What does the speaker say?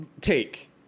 take